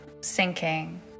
sinking